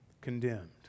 condemned